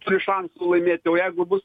turi šansų laimėti o jeigu bus